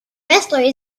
wrestler